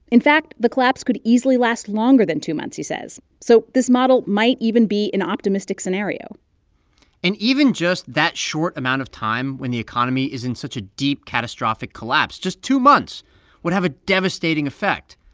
in fact, the collapse could easily last longer than two months, he says, so this model might even be an optimistic scenario and even just that short amount of time when the economy is in such a deep, catastrophic collapse just two months would have a devastating effect.